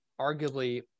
arguably